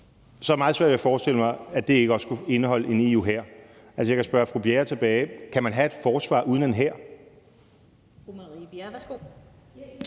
meget svært ved at forestille mig, at det ikke også skulle indeholde en EU-hær. Jeg kan jo spørge tilbage til fru Marie Bjerre: Kan man have et forsvar uden en hær?